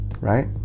right